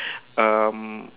um